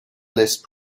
list